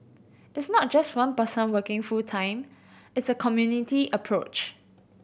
it's not just one person working full time it's a community approach